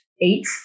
eight